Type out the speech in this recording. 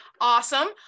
Awesome